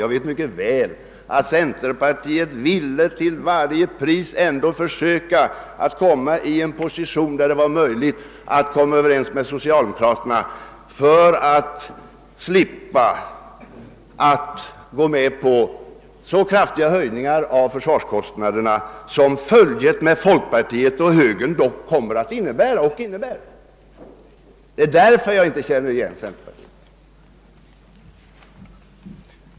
Jag vet mycket väl att centerpartiet till varje pris ville försöka att nå en position, där det var möjligt att komma överens med socialdemokraterna för att slippa att gå med på kraftiga höjningar av försvarskostnaderna som följet med folkpartiet och högern dock innebär. Det är därför jag inte känner igen centerpartiet.